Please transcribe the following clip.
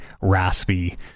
raspy